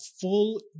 full